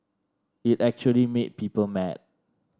it actually made people mad